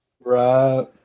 Right